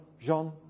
Jean